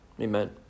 Amen